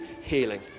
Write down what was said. healing